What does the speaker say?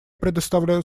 предоставляю